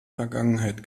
vergangenheit